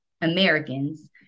Americans